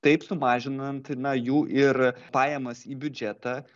taip sumažinant na jų ir pajamas į biudžetą